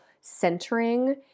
centering